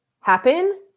happen